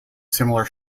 similar